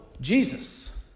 Jesus